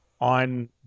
on